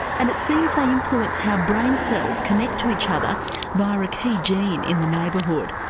and it seems they influence how brain cells connect to each other via a key gene in the neighbourhood.